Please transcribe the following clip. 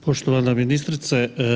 Poštovana ministrice.